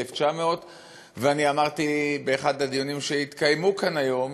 1,900. אמרתי באחד הדיונים שהתקיימו כאן היום,